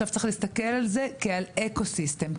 צריך להסתכל על זה כעל אקוסיסטם,